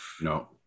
No